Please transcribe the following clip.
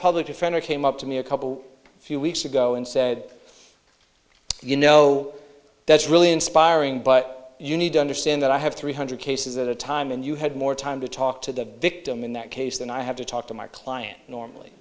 public defender came up to me a couple few weeks ago and said you know that's really inspiring but you need to understand that i have three hundred cases at a time and you had more time to talk to the victim in that case than i have to talk to my client normally